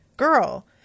girl